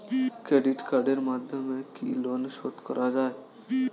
Credit কার্ডের মাধ্যমে কি লোন শোধ করা যায়?